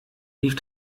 lief